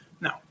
Now